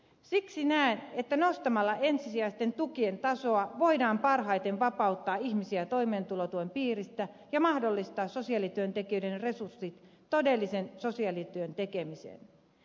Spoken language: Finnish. siksi näen että nostamalla ensisijaisten tukien tasoa voidaan parhaiten vapauttaa ihmisiä toimeentulotuen piiristä ja mahdollistaa sosiaalityöntekijöiden resurssit todellisen sosiaalityön tekemiseen